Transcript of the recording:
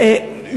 אדוני היושב-ראש,